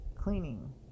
Cleaning